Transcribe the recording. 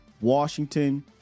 Washington